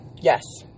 Yes